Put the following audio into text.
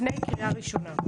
לקריאה ראשונה.